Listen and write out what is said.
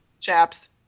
Chaps